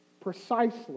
precisely